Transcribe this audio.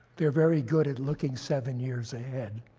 they're very good at looking seven years ahead.